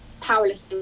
powerless